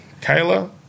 Kayla